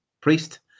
priest